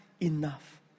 enough